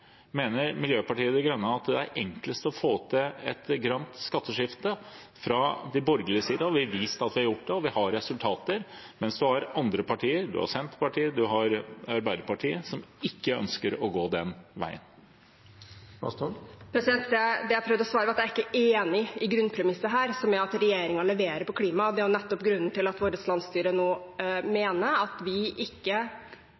Miljøpartiet De Grønne mener at det er enklest å få til et grønt skatteskifte. Fra de borgerliges side har vi vist at vi har gjort det, og vi har resultater, mens det er andre partier, Senterpartiet og Arbeiderpartiet, som ikke ønsker å gå den veien. Det jeg prøvde å svare, var at jeg ikke er enig i grunnpremisset her, som er at regjeringen leverer på klima. Det er nettopp grunnen til at landsstyret vårt